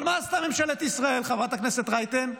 אבל מה עשתה ממשלת ישראל, חברת הכנסת רייטן?